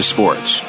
Sports